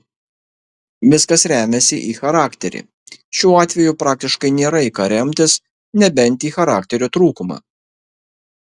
viskas remiasi į charakterį šiuo atveju praktiškai nėra į ką remtis nebent į charakterio trūkumą